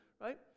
right